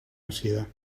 ansiedad